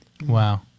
Wow